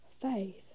faith